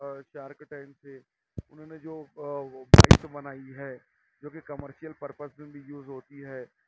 shark Tank سے انہوں نے جو بائک بنائی ہے جو کہ کمرشیل پرپز میں بھی یوز ہوتی ہے